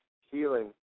healing